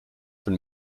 von